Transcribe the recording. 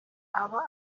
aba